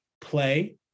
play